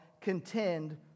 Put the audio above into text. contend